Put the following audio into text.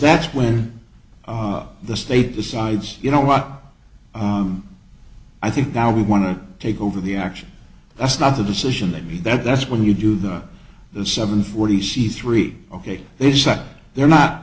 that's when i the state decides you know what i think now we want to take over the action that's not a decision that mean that that's when you do that the seven forty c three ok is that they're not